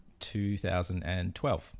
2012